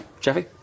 Jeffy